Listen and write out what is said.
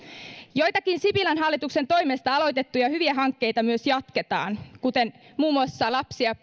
joitakin sipilän hallituksen toimesta aloitettuja hyviä hankkeita jatketaan kuten muun muassa lapsi ja